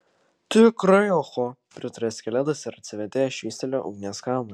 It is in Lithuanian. tikrai oho pritarė skeletas ir atsivėdėjęs švystelėjo ugnies kamuolį